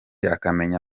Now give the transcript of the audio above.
akamenya